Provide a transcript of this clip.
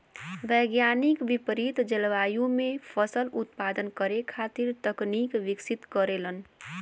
वैज्ञानिक विपरित जलवायु में फसल उत्पादन करे खातिर तकनीक विकसित करेलन